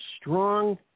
strong